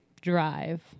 drive